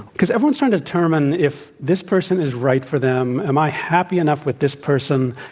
because everyone is trying to determine if this person is right for them. am i happy enough with this person?